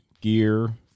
gear